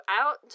out